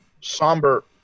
somber